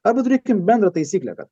arba turėkim bendrą taisyklę kad